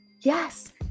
yes